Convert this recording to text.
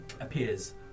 appears